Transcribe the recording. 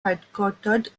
headquartered